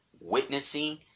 witnessing